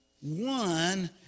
one